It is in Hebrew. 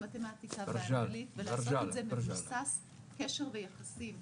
מתמטיקה ואנגלית ולבסס אותו על קשר ויחסים,